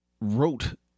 wrote